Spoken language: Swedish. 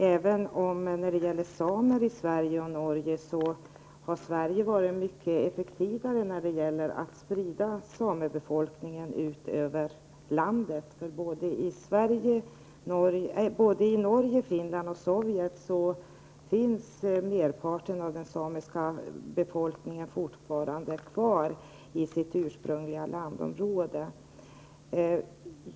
Sverige har, i jämförelse med Norge, varit mycket effektivare när det gäller att sprida samebefolkningen över landet. I Norge, Finland och Sovjet finns merparten av den samiska befolkningen fortfarande kvar i sitt ursprungliga landområde.